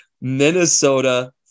Minnesota